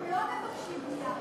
לא מבקשים בנייה רוויה.